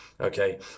Okay